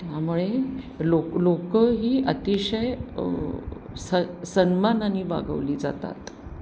त्यामुळे लोक लोकं ही अतिशय स सन्मानाने वागवली जातात